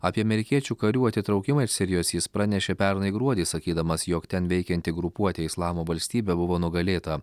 apie amerikiečių karių atitraukimą iš sirijos jis pranešė pernai gruodį sakydamas jog ten veikianti grupuotė islamo valstybė buvo nugalėta